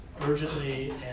urgently